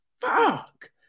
Fuck